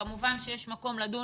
כמובן שיש מקום לדון